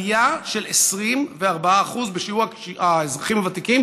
עלייה של 24% בשיעור האזרחים הוותיקים